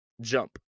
jump